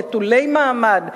נטולי מעמד,